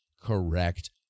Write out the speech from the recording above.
correct